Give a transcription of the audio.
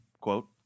quote